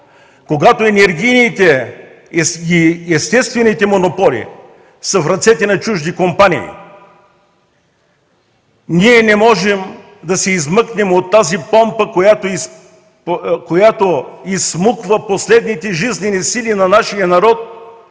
когато енергийните и естествените монополи са в ръцете на чужди компании. Ние, господин министър, не можем да се измъкнем от тази помпа, която изсмуква последните жизнени сили на нашия народ,